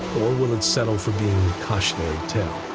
or will it settle for being a cautionary tale?